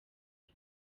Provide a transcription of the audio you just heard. bwe